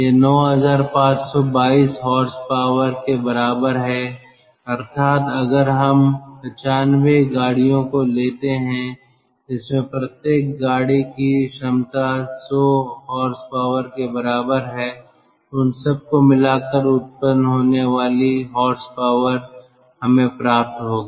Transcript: यह 9522 हॉर्सपावर के बराबर है अर्थात अगर हम 95 गाड़ियों को लेते हैं जिसमें प्रत्येक गाड़ी की क्षमता 100 हॉर्सपावर के बराबर है तो उन सब को मिलाकर उत्पन्न होने वाली हॉर्सपावर हमें प्राप्त होगी